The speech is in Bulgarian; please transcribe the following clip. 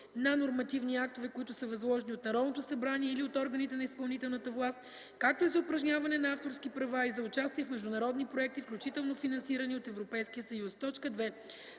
на нормативни актове, които са възложени от Народното събрание или от органите на изпълнителната власт, както и за упражняване на авторски права и за участие в международни проекти, включително финансирани от Европейския съюз;”